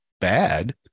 bad